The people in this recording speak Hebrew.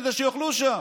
כדי שיאכלו שם.